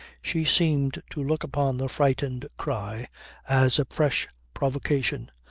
she seemed to look upon the frightened cry as a fresh provocation.